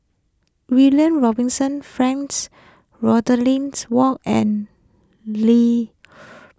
William Robinson Frank Ward and Li